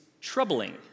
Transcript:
troubling